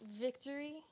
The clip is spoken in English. victory